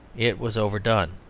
it was overdone,